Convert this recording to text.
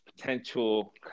potential